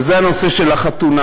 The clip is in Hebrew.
וזה הנושא של החתונה.